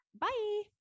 Bye